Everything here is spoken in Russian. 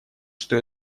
что